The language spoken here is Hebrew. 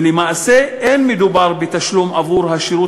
ולמעשה אין מדובר בתשלום עבור השירות